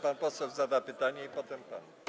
Pan poseł zada pytanie i potem pan.